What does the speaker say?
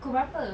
pukul berapa